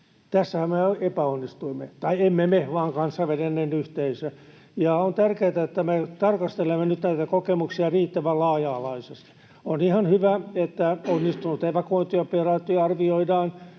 Tässähän me epäonnistuimme — tai emme me, vaan kansainvälinen yhteisö. On tärkeätä, että me tarkastelemme nyt näitä kokemuksia riittävän laaja-alaisesti. On ihan hyvä, että onnistunut evakuointioperaatio arvioidaan,